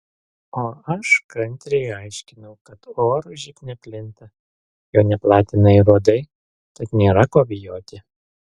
o aš kantriai aiškinau kad oru živ neplinta jo neplatina ir uodai tad nėra ko bijoti